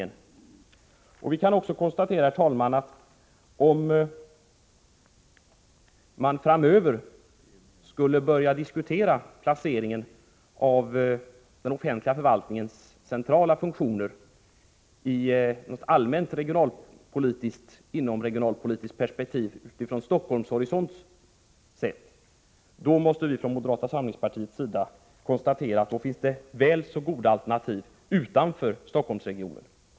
Herr talman! Vi kan också konstatera att om man framöver skulle börja diskutera placeringen av den offentliga förvaltningens centrala funktioner sett ur något allmänt inomregionalpolitiskt perspektiv från Stockholms horisont, måste vi från moderata samlingspartiets sida framhålla att det finns väl så goda alternativ utanför Stockholmsregionen.